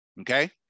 okay